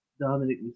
Dominic